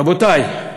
רבותי,